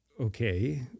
okay